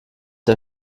der